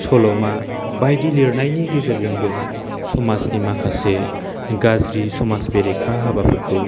सल'मा बायदि लिरनायनि गेजेरजोंबो समाजनि माखासे गाज्रि समाज बेरेखा हाबाफोरखौ